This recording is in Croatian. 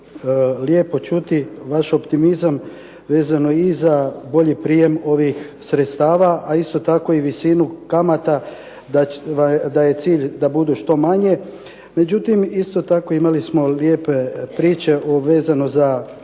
lijepo čuti vaš optimizam vezano i za bolji prijem ovih sredstava, a isto tako i visinu kamata, da je cilj da budu što manje. Međutim, isto tako imali smo lijepe priče vezano za